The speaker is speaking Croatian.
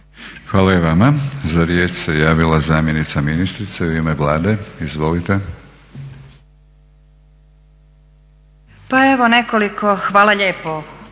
Hvala i vama Za riječ se javila zamjenica ministrice u ime Vlade. Izvolite. **Sporiš, Maja** Pa evo nekoliko, hvala lijepo